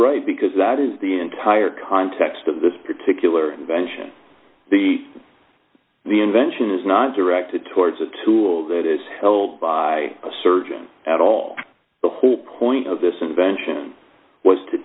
right because that is the entire context of this particular invention the the invention is not directed towards a tool that is held by a surgeon at all the whole point of this invention was to